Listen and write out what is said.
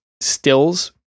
stills